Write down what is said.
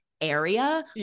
area